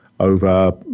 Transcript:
over